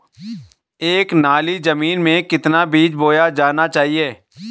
एक नाली जमीन में कितना बीज बोया जाना चाहिए?